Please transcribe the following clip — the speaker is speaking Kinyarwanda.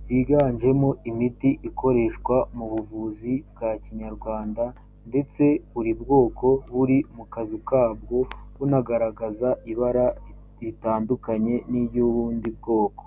byiganjemo imiti ikoreshwa mu buvuzi bwa kinyarwanda ndetse buri bwoko buri mu kazu kabwo bunagaragaza ibara ritandukanye n'iry'ubundi bwoko.